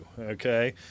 okay